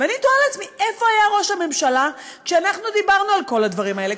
ואני תוהה לעצמי איפה היה ראש הממשלה כשאנחנו דיברנו על כל הדברים האלה,